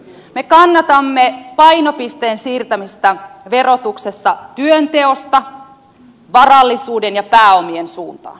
me kannatamme painopisteen siirtämistä verotuksessa työnteosta varallisuuden ja pääomien suuntaan